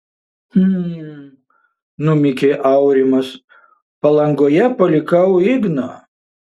hm numykė aurimas palangoje palikau igną